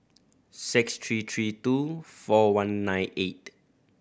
six three three two four one nine eight